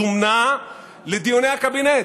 זומנה לדיוני הקבינט.